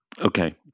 Okay